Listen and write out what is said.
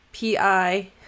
PI